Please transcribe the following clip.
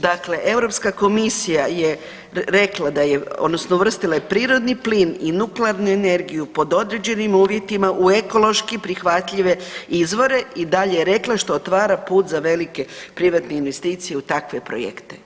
Dakle, Europska komisija je rekla da je odnosno uvrstila je prirodni plin i nuklearnu energiju pod određenim uvjetima u ekološki prihvatljive izvore i dalje je rekla što otvara put za velike privatne investicije u takve projekte.